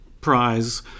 prize